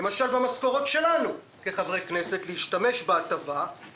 למשל במשכורות שלנו כחברי כנסת לצורך